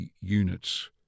units